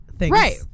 Right